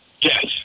Yes